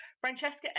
Francesca